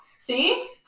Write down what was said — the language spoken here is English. See